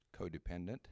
codependent